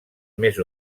més